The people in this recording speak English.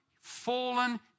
fallen